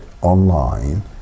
online